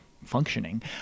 functioning